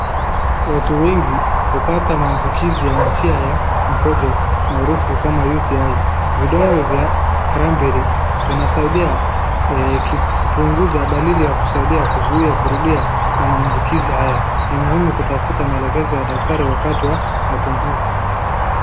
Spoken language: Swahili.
watu wengi hupata maambukizi ya njia ya mkojo maarafu kama UTI . Vidonge vya cranberry pills zinasaidia kupunguza dalili ya kusaidia kuzuia kurudia na maambukizi haya ni muhimu kutafuta maelekezo ya daktari wakati wa matumizi.